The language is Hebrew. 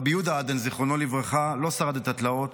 רבי יהודה עדן, זיכרונו לברכה, לא שרד את התלאות,